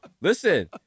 listen